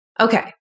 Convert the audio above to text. Okay